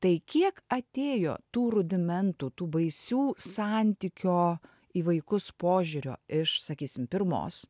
tai kiek atėjo tų rudimentų tų baisių santykio į vaikus požiūrio iš sakysim pirmos